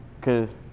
cause